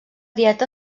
dieta